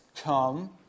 come